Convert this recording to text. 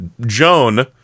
Joan